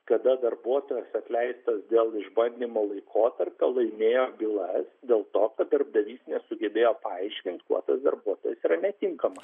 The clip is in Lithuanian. kada darbuotojas atleistas dėl išbandymo laikotarpio laimėjo bylas dėl to kad darbdavys nesugebėjo paaiškint kuo tas darbuotojas yra netinkamas